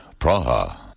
Praha